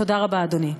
תודה רבה, אדוני.